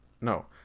No